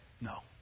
no